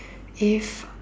if